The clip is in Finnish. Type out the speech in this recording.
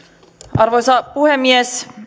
arvoisa puhemies